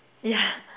yeah